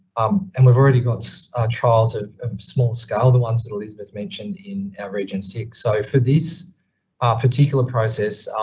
um and we've already got so trials of small scale, the ones that elizabeth mentioned in our region six. so for this ah particular process,